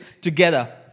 together